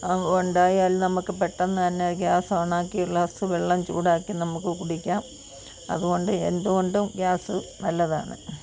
ഉണ്ടായാൽ നമുക്ക് പെട്ടെന്ന് തന്നെ ഗ്യാസ് ഓൺ ആക്കി ഒരു ഗ്ലാസ് വെള്ളം ചൂടാക്കി നമുക്ക് കുടിക്കാം അതുകൊണ്ട് എന്തുകൊണ്ടും ഗ്യാസ് നല്ലതാണ്